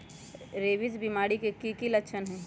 rabies बीमारी के कि कि लच्छन हई